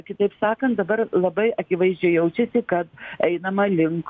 kitaip sakant dabar labai akivaizdžiai jaučiasi kad einama link